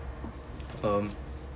um